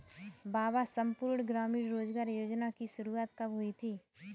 बाबा संपूर्ण ग्रामीण रोजगार योजना की शुरुआत कब हुई थी?